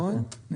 נכון.